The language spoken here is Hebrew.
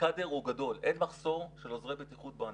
הקאדר הוא גדול, אין מחסור של עוזרי בטיחות בענף.